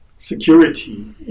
Security